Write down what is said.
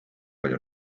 palju